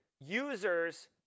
users